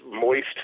moist